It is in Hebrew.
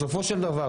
בסופו של דבר,